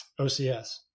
OCS